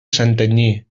santanyí